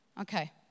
Okay